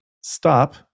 stop